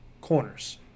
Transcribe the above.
corners